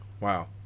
Wow